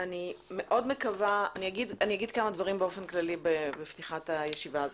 אני אגיד כמה דברים באופן כללי בפתיחת הישיבה הזו.